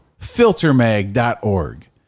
FilterMag.org